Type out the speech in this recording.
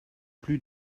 plus